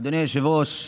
אדוני היושב-ראש,